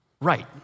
Right